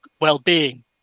well-being